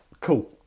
Cool